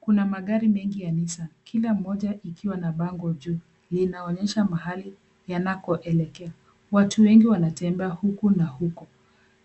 Kuna magari mengi ya nissan , kila moja ikiwa na bango juu. Linaonyesha mahali yanakoelekea. Watu wengi wanatembea huku na huko,